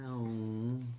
No